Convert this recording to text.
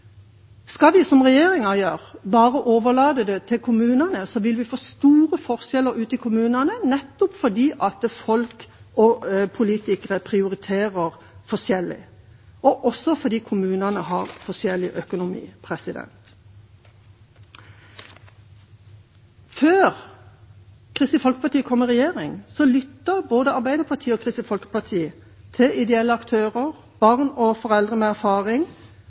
Skal vi, som regjeringa gjør, bare overlate dette til kommunene, vil vi få store forskjeller ute i kommunene, nettopp fordi folk og politikere prioriterer forskjellig, og også fordi kommunene har forskjellig økonomi. Før Kristelig Folkeparti kom i regjering, lyttet både Arbeiderpartiet og Kristelig Folkeparti til ideelle aktører, barn og foreldre med erfaring,